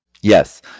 Yes